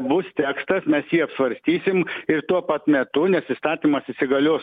bus tekstas mes jį apsvarstysim ir tuo pat metu nes įstatymas įsigalios